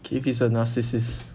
keith is a narcissist